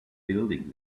building